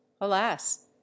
Alas